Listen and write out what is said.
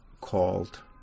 called